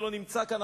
שלא נמצא כאן,